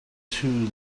too